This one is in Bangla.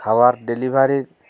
খাবার ডেলিভারির